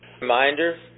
Reminder